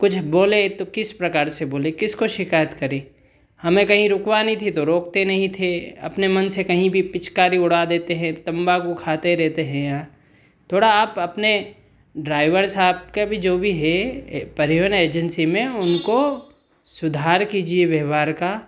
कुछ बोले तो किस प्रकार से बोले किसको शिकायत करे हमें कहीं रुकवानी थी तो रोकते नहीं थे अपने मन से कहीं भी पिचकाड़ी उड़ा देते है तम्बाकू खाते रहते हैं या थोड़ा आप अपने ड्राइवर साहब का भी जो भी है परिवहन एजेंसी में उनको सुधार किजिए व्यवहार का